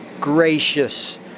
gracious